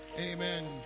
Amen